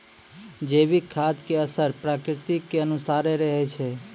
जैविक खाद के असर प्रकृति के अनुसारे रहै छै